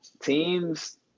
teams